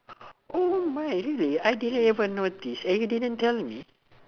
oh my really I didn't even know this and you didn't tell me